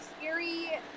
scary